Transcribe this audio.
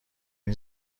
این